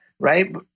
Right